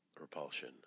Repulsion